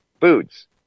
foods